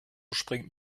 springt